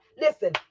Listen